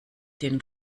denen